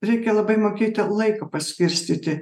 reikia labai mokėti laiko paskirstyti